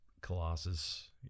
Colossus